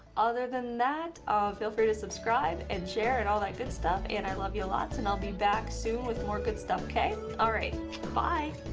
other than that, um feel free to subscribe and share and all that good stuff, and i love you lots, and i'll be back soon with more good stuff. kay, all right,